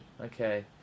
Okay